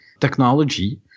technology